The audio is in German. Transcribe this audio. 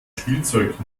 spielzeug